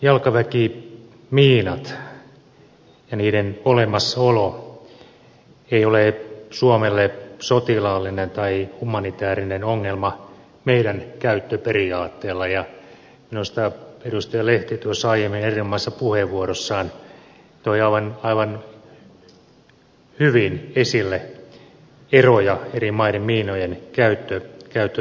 jalkaväkimiinat ja niiden olemassaolo eivät ole suomelle sotilaallinen tai humanitäärinen ongelma meidän käyttöperiaatteillamme ja minusta edustaja lehti tuossa aiemmin erinomaisessa puheenvuorossaan toi aivan hyvin esille eroja eri maiden miinojen käyttötavoissa